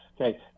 Okay